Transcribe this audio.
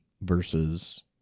versus